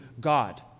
God